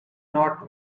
not